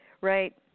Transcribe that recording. Right